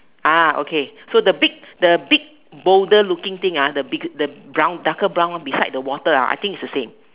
ah okay so the big the big boulder looking thing ah the big the brown darker brown one beside the water ah I think is the same